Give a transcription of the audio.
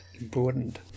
Important